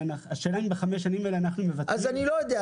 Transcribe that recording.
השאלה אם בחמש השנים האלה אנחנו מוותרים --- אני לא יודע.